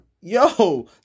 yo